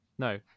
No